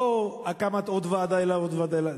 לא הקמת עוד ועדה ועוד ועדה,